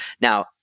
Now